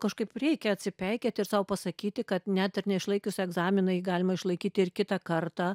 kažkaip reikia atsipeikėti ir sau pasakyti kad net ir neišlaikius egzamino jį galima išlaikyti ir kitą kartą